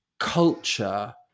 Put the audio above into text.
culture